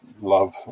love